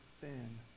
thin